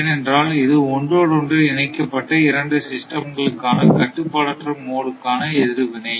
ஏனென்றால் இது ஒன்றோடு ஒன்று இணைக்கப்பட்ட இரண்டு சிஸ்டம் களுக்கான கட்டுப்பாடற்ற மோடுக்கான எதிர்வினை